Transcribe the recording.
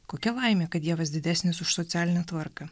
kokia laimė kad dievas didesnis už socialinę tvarką